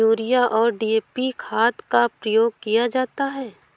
urea और DAP खाद का प्रयोग किया जाता है